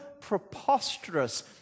preposterous